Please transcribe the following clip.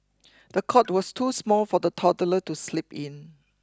the cot was too small for the toddler to sleep in